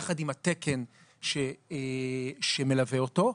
יחד עם התקן שמלווה אותו,